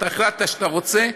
אתה החלטת שאתה רוצה?